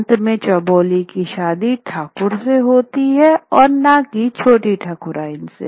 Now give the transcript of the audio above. अंत में चौबोली की शादी ठाकुर से होती है और न ही छोटी ठकुराइन से